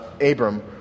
Abram